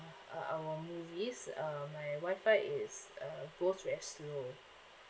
uh our movies uh my WI-FI is uh goes very slow